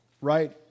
right